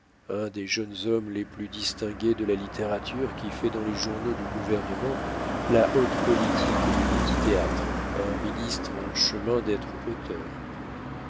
un des jeunes hommes les plus distingués de la littérature qui fait dans les journaux du gouvernement la haute politique et les petits théâtres un ministre en chemin d'être